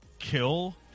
kill